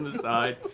side.